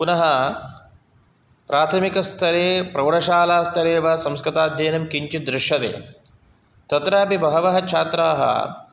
पुनः प्राथमिकस्तरे प्रौढशालास्तरे वा संस्कृताध्ययनं किञ्चित् दृश्यते तत्रापि बहवः छात्राः